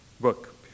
book